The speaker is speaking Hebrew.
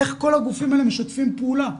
איך כל הגופים האלה משתפים פעולה.